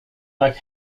back